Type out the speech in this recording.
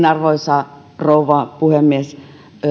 arvoisa rouva puhemies yhdyn